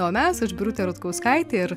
o mes aš birutė rutkauskaitė ir